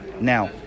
Now